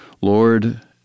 Lord